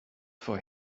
for